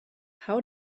how